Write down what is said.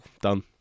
done